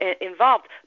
involved